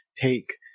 take